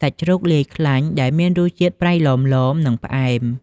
សាច់ជ្រូកលាយខ្លាញ់ ដែលមានរសជាតិ ប្រៃឡមៗ និងផ្អែម។